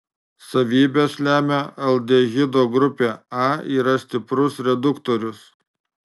savybes lemia aldehido grupė a yra stiprus reduktorius